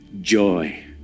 joy